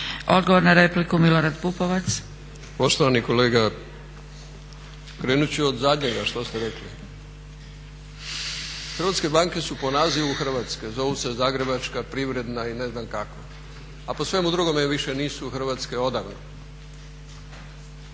Pupovac. **Pupovac, Milorad (SDSS)** Poštovani kolega, krenut ću od zadnjega što ste rekli. Hrvatske banke su po nazivu hrvatske, zovu se Zagrebačka, Privredna i ne znam kako, a po svemu drugome više nisu hrvatske odavno.